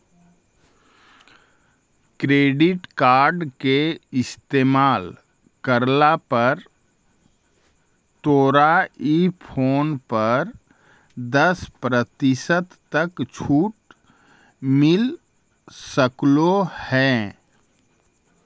credit card के इस्तेमाल करला पर तोरा ई फोन पर दस प्रतिशत तक छूट मिल सकलों हे